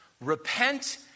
Repent